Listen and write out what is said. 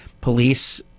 police